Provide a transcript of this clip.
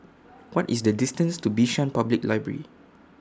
What IS The distance to Bishan Public Library